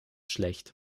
schlecht